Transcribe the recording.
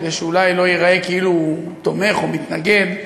כדי שאולי לא ייראה כאילו הוא תומך או מתנגד,